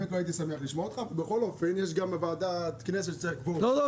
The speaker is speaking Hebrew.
התעניינו בדברים שלי כרפורמי אז באתי לענות ומיד נגיע לקומה הכשרה.